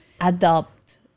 adopt